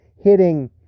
hitting